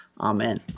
Amen